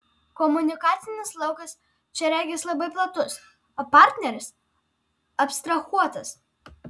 komunikacinis laukas čia regis labai platus o partneris abstrahuotas